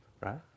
Right